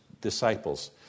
disciples